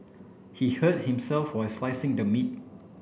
he hurt himself while slicing the meat